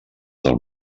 del